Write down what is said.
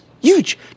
huge